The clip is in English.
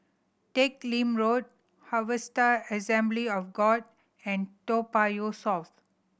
Teck Lim Road Harvester Assembly of God and Toa Payoh South